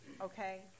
Okay